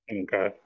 Okay